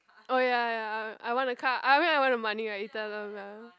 oh ya ya I want the car I mean I want the money right you tell them lah